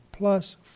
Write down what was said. Plus